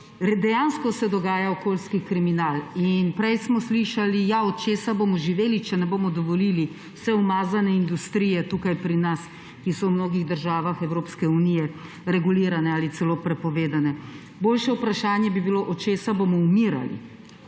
Dejansko se dogaja okoljski kriminal. Prej smo slišali: »Ja od česa bomo pa živeli, če ne bomo dovolili vse umazane industrije, ki je v mnogih državah Evropske unije regulirana ali celo prepovedana, tukaj pri nas?« Boljše vprašanje bi bilo, od česa bomo umirali.